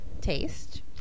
taste